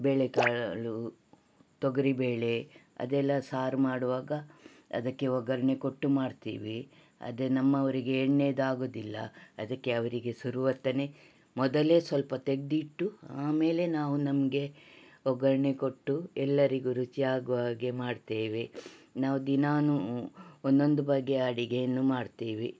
ಬೇಳೆ ಕಾಳು ತೊಗರಿ ಬೇಳೆ ಅದೆಲ್ಲ ಸಾರು ಮಾಡುವಾಗ ಅದಕ್ಕೆ ಒಗ್ಗರಣೆ ಕೊಟ್ಟು ಮಾಡ್ತೀವಿ ಆದರೆ ನಮ್ಮವರಿಗೆ ಎಣ್ಣೆಯದ್ದಾಗೋದಿಲ್ಲ ಅದಕ್ಕೆ ಅವರಿಗೆ ಶುರುವತ್ತನೇ ಮೊದಲೇ ಸ್ವಲ್ಪ ತೆಗೆದಿಟ್ಟು ಆಮೇಲೆ ನಾವು ನಮಗೆ ಒಗ್ಗರಣೆ ಕೊಟ್ಟು ಎಲ್ಲರಿಗೂ ರುಚಿಯಾಗುವ ಹಾಗೆ ಮಾಡ್ತೇವೆ ನಾವು ದಿನಾ ಒಂದೊಂದು ಬಗೆಯ ಅಡುಗೆಯನ್ನು ಮಾಡುತ್ತೇವೆ